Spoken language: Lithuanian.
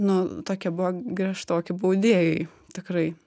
nu tokie buvo griežtoki baudėjai tikrai